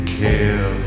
care